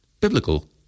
biblical